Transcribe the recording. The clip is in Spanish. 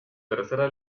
tercera